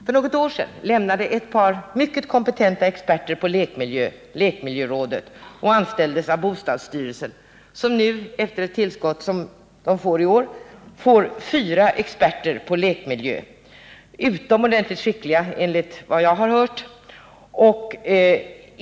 För något år sedan lämnade ett par mycket kompetenta experter lekmiljörådet och anställdes av bostadsstyrelsen, som nu, efter det tillskott som styrelsen får i år, kommer att ha fyra experter på lekmiljö — utomordentligt skickliga, enligt vad jag har hört.